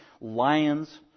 Lions